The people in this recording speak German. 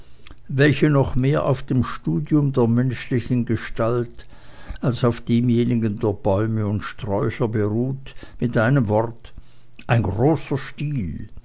welche noch mehr auf dem studium der menschlichen gestalt als auf demjenigen der bäume und sträucher beruht mit einem wort ein großer stil